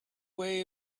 way